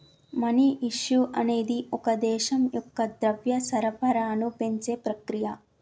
money issue అనేది ఒక దేశం యొక్క ద్రవ్య సరఫరాను పెంచే ప్రక్రియ